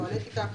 טואלטיקה,